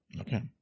Okay